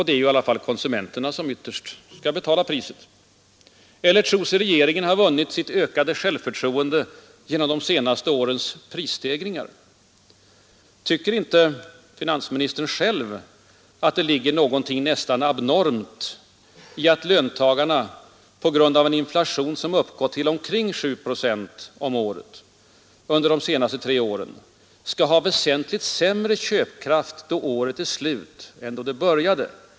Det är konsumenterna som ytterst skall betala priset. Eller tror sig regeringen ha vunnit sitt ökade självförtroende genom de senaste årens prisstegringar? Tycker inte finansministern själv att det ligger något nästan abnormt i att löntagarna på grund av en inflation, som uppgått till omkring 7 procent om året under senaste tre åren, skall ha väsentligt sämre köpkraft då året är slut än då det började?